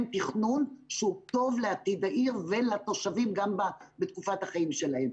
תכנון שהוא טוב לעתיד העיר ולתושבים גם בתקופת החיים שלהם.